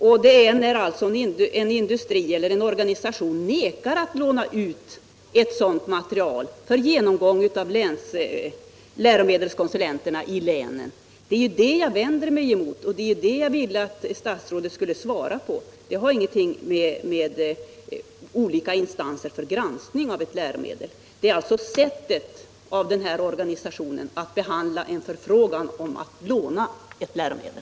Jag vänder mig emot att en industri eller en organisation vägrar att låna ut ett sådant material för genomgång av läromedelskonsulenterna i länet. Det är den frågan jag vill ha svar på, och det har ingenting med olika instanser för granskning av läromedel att göra. Det handlar alltså om denna organisations sätt att behandla en förfrågan om lån av ett läromedel.